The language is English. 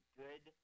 good